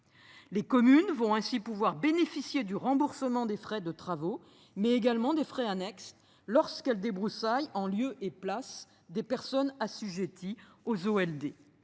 Les communes vont ainsi pouvoir bénéficier du remboursement des frais de travaux mais également des frais annexes lorsqu'elle débroussaille en lieu et place des personnes assujetties aux zoo